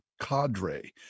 cadre